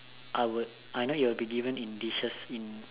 I would you will be given in dishes in